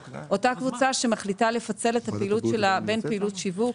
קבוצה שמחליטה לפצל את הפעילות שלה בין פעילות שיווק